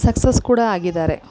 success ಕೂಡ ಆಗಿದ್ದಾರೆ